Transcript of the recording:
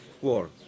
war